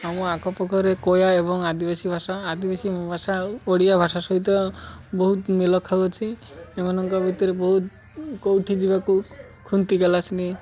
ଆମ ଆଖ ପାାଖରେ କୟା ଏବଂ ଆଦିବାସୀ ଭାଷା ଆଦିବାସୀ ଭାଷା ଓଡ଼ିଆ ଭାଷା ସହିତ ବହୁତ ମେଳ ଖାଉଅଛି ଏମାନଙ୍କ ଭିତରେ ବହୁତ କେଉଁଠି ଯିବାକୁ ଖୁନ୍ତି ଗାଲାସିନି